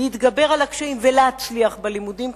להתגבר על הקשיים ולהצליח בלימודים.